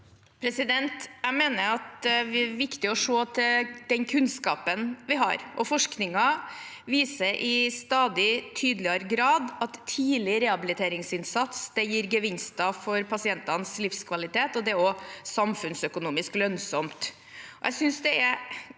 Jeg mener at det er viktig å se til den kunnskapen vi har. Forskningen viser i stadig tydeligere grad at tidlig rehabiliteringsinnsats gir gevinster for pasientenes livskvalitet, og det er også samfunnsøkonomisk lønnsomt.